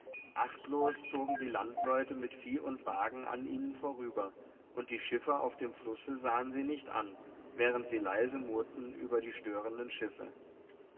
achtlos zogen die landleute mit vieh und wagen an ihnen vorüber und die schiffer auf dem flusse sahen sie nicht an während sie leise murrten über die störenden schiffe